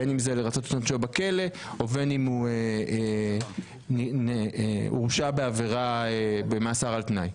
בין אם זה לרצות את עונשו בכלא או בין אם הוא הורשע וקיבל מאסר על תנאי.